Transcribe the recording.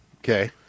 Okay